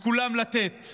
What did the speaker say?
לכולם לתת